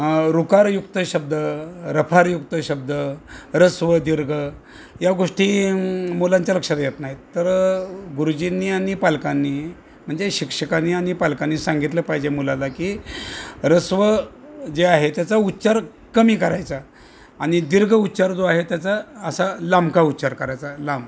रुकारयुक्त शब्द रफारयुक्त शब्द ऱ्हस्व दीर्घ या गोष्टी मुलांच्या लक्षात येत नाहीत तर गुरुजींनी आणि पालकांनी म्हणजे शिक्षकांनी आणि पालकांनी सांगितलं पाहिजे मुलाला की ऱ्हस्व जे आहे त्याचा उच्चार कमी करायचा आणि दीर्घ उच्चार जो आहे त्याचा असा लांबका उच्चार करायचा लांब